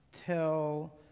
tell